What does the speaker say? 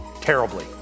terribly